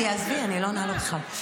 עזבי, אני לא עונה לו בכלל.